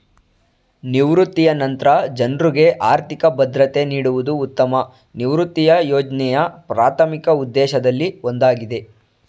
ನಿವೃತ್ತಿಯ ನಂತ್ರ ಜನ್ರುಗೆ ಆರ್ಥಿಕ ಭದ್ರತೆ ನೀಡುವುದು ಉತ್ತಮ ನಿವೃತ್ತಿಯ ಯೋಜ್ನೆಯ ಪ್ರಾಥಮಿಕ ಉದ್ದೇಶದಲ್ಲಿ ಒಂದಾಗಿದೆ